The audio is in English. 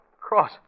Cross